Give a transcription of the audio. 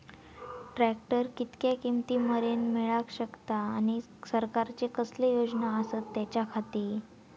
Tractor कितक्या किमती मरेन मेळाक शकता आनी सरकारचे कसले योजना आसत त्याच्याखाती?